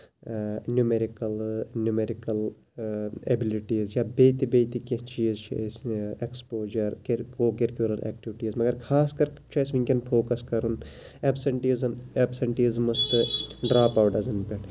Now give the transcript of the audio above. numerical numerical abilities یا بیٚیہِ تہِ بیٚیہِ تہِ کیٚنہہ چیٖز چھِ أسۍ اٮ۪کٔسپوجر کِر کو کِرکورل اٮ۪کٹِوٹیٖز مَگر خاص کر چھُ اَسہِ ؤنکیٚس فوکَس کرُن ایبسنٹیٖزَن ایبسنٹیٖزمَس تہٕ ڈڑاپ اَوُٹزَن پٮ۪ٹھ